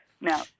Now